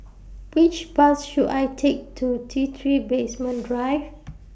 Which Bus should I Take to T three Basement Drive